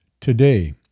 today